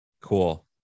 Cool